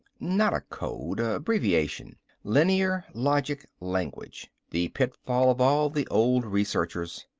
not a code abbreviation. linear logic language, the pitfall of all the old researchers.